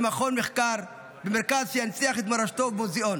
במכון מחקר, במרכז שינציח את מורשתו ובמוזיאון.